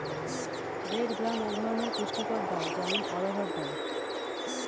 red gram এক ধরনের পুষ্টিকর ডাল, যেমন হচ্ছে অড়হর ডাল